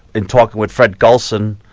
and talking with fred gulson,